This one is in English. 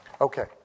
Okay